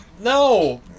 No